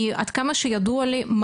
כי עד כמה שידוע לי,